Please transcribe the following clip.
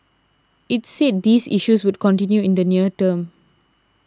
it said these issues would continue in the near term